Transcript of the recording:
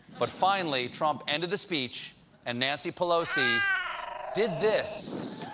but finally, trump ended the speech and nancy pelosi did this.